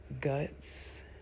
guts